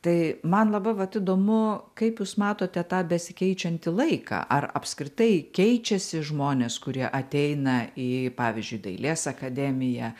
tai man labai vat įdomu kaip jūs matote tą besikeičiantį laiką ar apskritai keičiasi žmonės kurie ateina į pavyzdžiui dailės akademiją